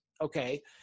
okay